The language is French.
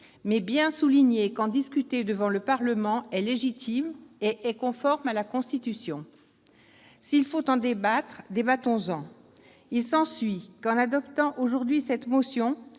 mais je veux souligner qu'en discuter devant le Parlement est légitime et conforme à la Constitution. S'il faut en débattre, débattons-en ! Il s'ensuit qu'en adoptant aujourd'hui cette motion,